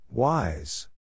Wise